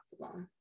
possible